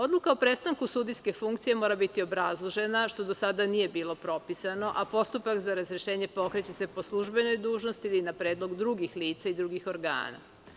Odluka o prestanku sudijske funkcije mora biti obrazložena, što do sada nije bilo propisano, a postupak za razrešenje pokreće se po službenoj dužnosti ili na predlog drugih lica i drugih organa.